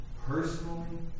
personally